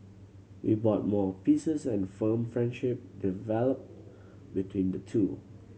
he bought more pieces and firm friendship developed between the two